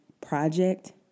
project